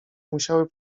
musiały